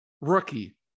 rookie